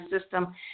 system